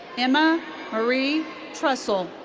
emma marie trussell.